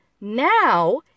Now